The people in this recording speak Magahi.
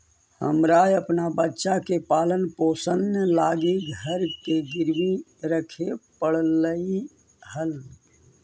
हमरा अपन बच्चा के पालन पोषण लागी घर के गिरवी रखे पड़लई हल